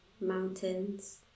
mountains